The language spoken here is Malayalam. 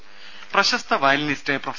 രംഭ പ്രശസ്ത വയലിനിസ്റ്റ് പ്രൊഫ